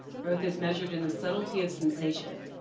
growth is measured in the subtlety of sensation.